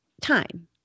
time